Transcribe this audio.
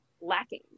lacking